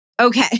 Okay